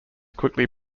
quickly